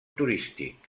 turístic